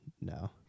No